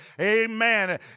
amen